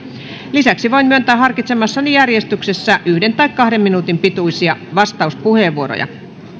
lisäksi voin myöntää harkitsemassani järjestyksessä yksi tai kahden minuutin pituisia vastauspuheenvuoroja